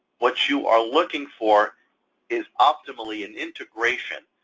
what you are looking for is optimally an integration,